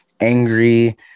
angry